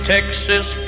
Texas